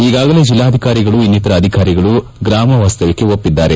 ಈಗಾಗಲೇ ಜಿಲ್ಲಾಧಿಕಾರಿಗಳು ಇನ್ನಿತರ ಅಧಿಕಾರಿಗಳು ಗ್ರಾಮ ವಾಸ್ತವ್ಣಕ್ಷೆ ಒಪ್ಪಿದ್ದಾರೆ